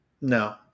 No